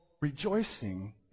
rejoicing